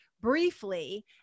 briefly